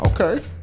Okay